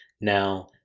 now